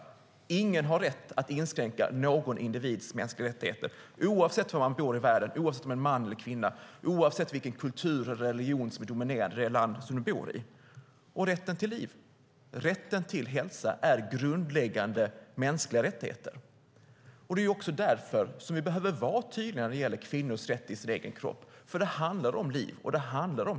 Ingen har rätt att inskränka någon individs mänskliga rättigheter oavsett var man bor i världen, om man är man eller kvinna eller vilken kultur eller religion som är dominerande i det land man bor i. Rätten till liv och rätten till hälsa är grundläggande mänskliga rättigheter. Det är också därför vi behöver vara tydliga när det gäller kvinnors rätt till sin egen kropp. Det handlar om liv och hälsa.